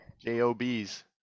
Jobs